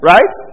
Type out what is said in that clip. Right